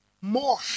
more